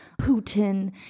Putin